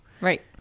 Right